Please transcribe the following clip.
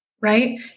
Right